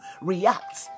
react